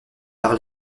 par